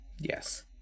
Yes